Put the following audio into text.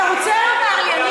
שביקשת לנאום,